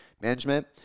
management